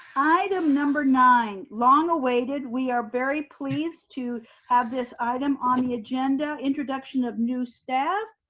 item number nine, long awaited. we are very pleased to have this item on the agenda. introduction of new staff.